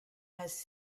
has